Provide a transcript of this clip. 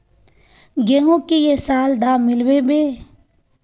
गेंहू की ये साल दाम मिलबे बे?